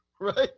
Right